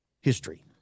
history